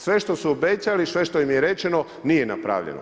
Sve što su obećali i sve što im je rečeno nije napravljeno.